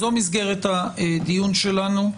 זו מסגרת הדיון שלנו,